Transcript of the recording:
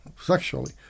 sexually